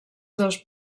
dos